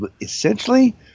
essentially